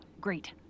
Great